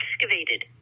excavated